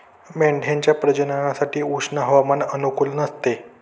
मेंढ्यांच्या प्रजननासाठी उष्ण हवामान अनुकूल नसते